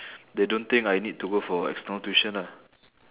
they don't think I need to go for external tuition ah